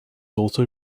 also